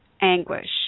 anguish